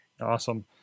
Awesome